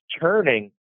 turning